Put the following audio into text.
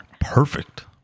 perfect